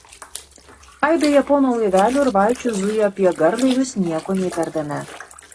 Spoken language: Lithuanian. aibė japonų laivelių ir valčių zujo apie garlaivius nieko neįtardami